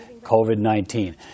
COVID-19